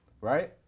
right